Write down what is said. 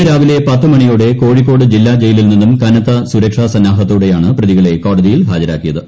ഇന്ന് രാവിലെ പത്ത് മണിയോടെ കോഴിക്കോട് ജില്ലാ ജയിലിൽ നിന്നും കനത്ത സുരക്ഷാ സന്നാഹത്തോടെയാണ് പ്രതികളെ കോടതിയിൽ ഹാജരാക്കിയത്